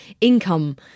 income